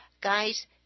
guys